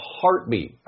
heartbeat